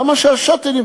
למה שה"שאטלים",